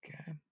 okay